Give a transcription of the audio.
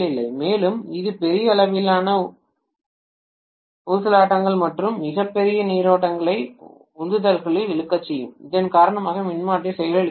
மேலும் இது பெரிய அளவிலான ஊசலாட்டங்கள் அல்லது மிகப் பெரிய நீரோட்டங்களை உந்துதல்களில் இழுக்கச் செய்யும் இதன் காரணமாக மின்மாற்றி செயலிழக்கக்கூடும்